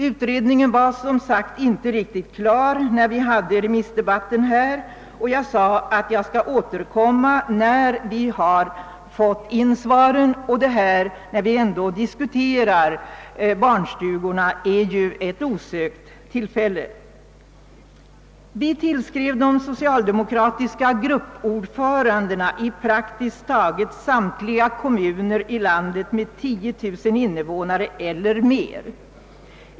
Utredningen var som sagt inte riktigt klar vid remissdebatten, och jag sade då att jag skulle återkomma när vi fått in alla svar, och när vi nu ändå diskuterar barnstugorna är ju detta ett osökt tillfälle. Vi tillskrev de socialdemokratiska gruppordförandena i praktiskt taget samtliga kommuner i landet med 10 000 invånare eller mer.